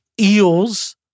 eels